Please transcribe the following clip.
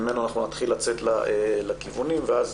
שממנו נתחיל לצאת לדיון ואז